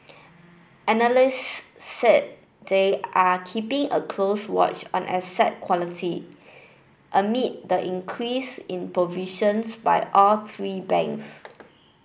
analysts said they are keeping a close watch on asset quality amid the increase in provisions by all three banks